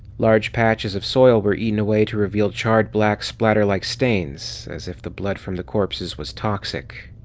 large patches of soil were eaten away to reveal charred black splatter-like stains, as if the blood from the corpses was toxic.